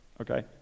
Okay